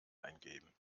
eingeben